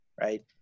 right